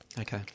Okay